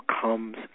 comes